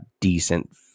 decent